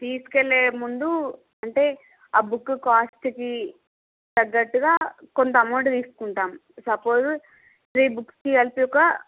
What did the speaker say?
తీసుకెళ్ళే ముందు అంటే ఆ బుక్కు కాస్ట్ కి తగ్గట్టుగా కొంత అమౌంట్ తీసుకుంటాం సపోజ్ త్రీ బుక్స్ కి కలిసి ఒక